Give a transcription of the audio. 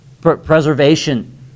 preservation